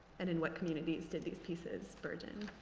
and in what communities did these pieces burgeon?